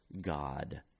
God